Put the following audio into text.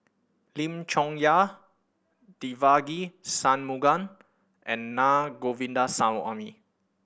Lim Chong Yah Devagi Sanmugam and Na Govindasamy